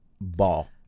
ball